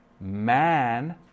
man